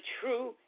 true